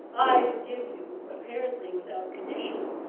i forgive you, apparently without condition,